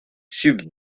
sub